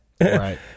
Right